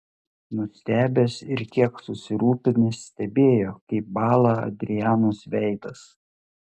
nustebęs ir kiek susirūpinęs stebėjo kaip bąla adrianos veidas